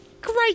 great